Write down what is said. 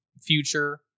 future